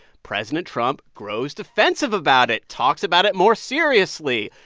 president trump grows defensive about it, talks about it more seriously.